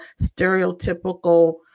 stereotypical